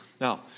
Now